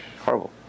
Horrible